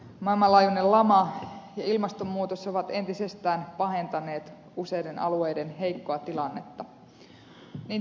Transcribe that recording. maailmanlaajuinen lama ja ilmastonmuutos ovat entisestään pahentaneet useiden alueiden heikkoa tilannetta